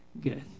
Good